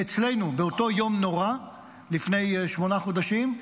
ואצלנו באותו יום נורא לפני שמונה חודשים,